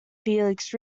felix